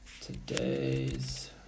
today's